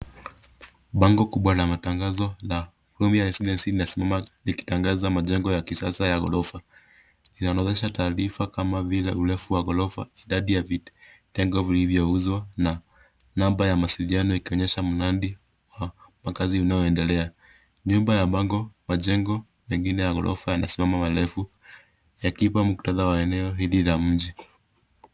Bango kubwa la matangazo la kumbi la ensidensi yanasimama yakitangaza majengo ya kisasa ya gorofa, inaonyesha taarifa kama vile urefu wa gorofa idadi ya vitengo vilivyo uzwa na namba ya mawasiliano ikionyesha mnandi wa makazi unaondelea nyumba ya bango majengo pengine ya gorofa yanisimama urefu yakipa muktadha wa eneo hili la mji.